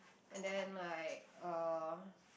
and then like uh